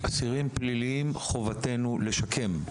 אסירים פליליים חובתנו לשקם,